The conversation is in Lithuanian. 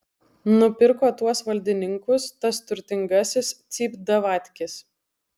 nupirko tuos valdininkus tas turtingasis cypdavatkis